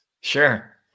sure